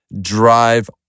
drive